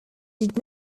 did